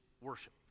worship